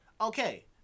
okay